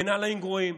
מנהלים גרועים,